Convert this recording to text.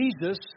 Jesus